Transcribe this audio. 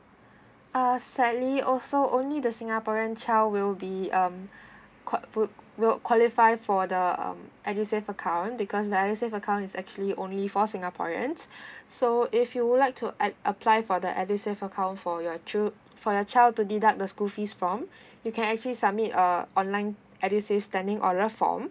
uh sadly also only the singaporean child will be um qua~ fo~ will qualify for the edusave account because edusave account is actually only for singaporeans so if you would like to a~ apply for the edusave account for your two for your child to deduct the school fees from you can actually submit uh online edusave standing order form